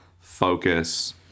focus